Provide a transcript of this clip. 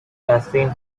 katharine